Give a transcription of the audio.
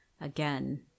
again